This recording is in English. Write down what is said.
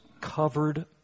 covered